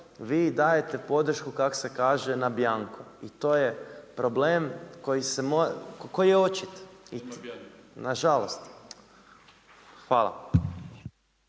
vi dajte podršku kak se kaže na bianco i to je problem koji je očit …/Upadica